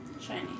Shiny